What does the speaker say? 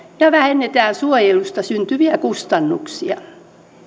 ja vähennetään suojelusta syntyviä kustannuksia